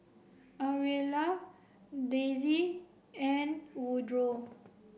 Aurilla Daisey and Woodroe